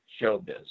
showbiz